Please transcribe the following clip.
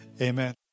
Amen